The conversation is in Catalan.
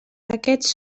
aquests